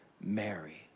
Mary